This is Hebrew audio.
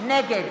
נגד